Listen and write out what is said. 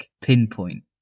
pinpoint